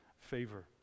favor